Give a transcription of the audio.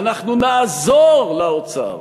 ואנחנו נעזור לאוצר